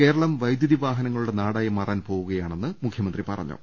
കേരളം വൈദ്യുതി വാഹന ങ്ങളുടെ നാടായി മാറാൻ പോവുകയാണെന്ന് അദ്ദേഹം പറഞ്ഞു